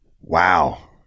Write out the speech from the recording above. Wow